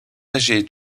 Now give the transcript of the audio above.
âgé